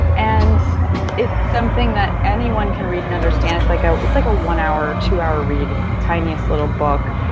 and it's something that anyone can read and understand. it's like ah it's like a one hour or two hour read, it's the tiniest little book.